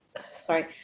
sorry